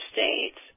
States